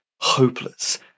hopeless